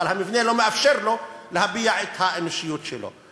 אבל המבנה לא מאפשר לו להביע את האנושיות שלו.